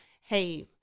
Hey